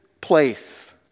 place